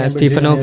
Stephen